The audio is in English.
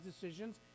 decisions